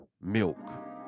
milk